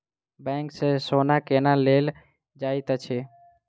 bank सँ सोना केना लेल जाइत अछि